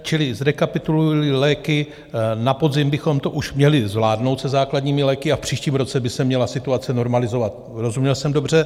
Čili zrekapitulujili léky, na podzim bychom to už měli zvládnout se základními léky a v příštím roce by se měla situace normalizovat, rozuměl jsem dobře?